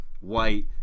White